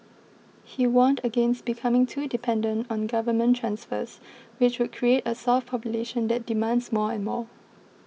he warned against becoming too dependent on government transfers which would create a soft population that demands more and more